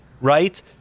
right